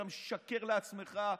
אתה משקר לעצמך.